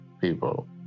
people